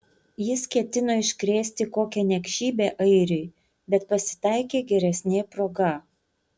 jis ketino iškrėsti kokią niekšybę airiui bet pasitaikė geresnė proga